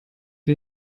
wir